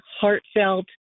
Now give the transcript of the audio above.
heartfelt